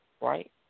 right